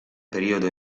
periodo